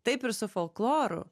taip ir su folkloru